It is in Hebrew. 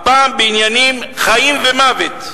והפעם בענייני חיים ומוות,